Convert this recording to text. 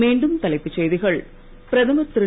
மீண்டும் தலைப்புச் செய்திகள் பிரதமர் திரு